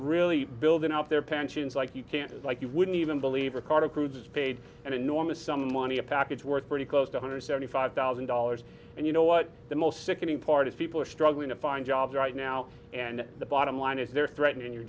really building up their pensions like you can't it's like you wouldn't even believe ricardo cruz paid an enormous sum of money a package worth pretty close one hundred seventy five thousand dollars and you know what the most sickening part of people are struggling to find jobs right now and the bottom line is they're threatening your